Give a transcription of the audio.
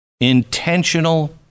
intentional